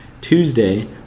Tuesday